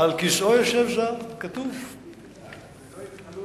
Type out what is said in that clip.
בישראל תתרחשנה